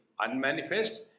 unmanifest